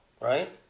right